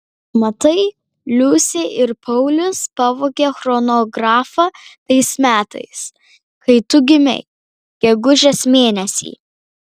matai liusė ir paulius pavogė chronografą tais metais kai tu gimei gegužės mėnesį